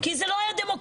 כי זה לא היה דמוקרטי,